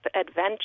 adventure